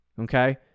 okay